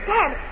Dan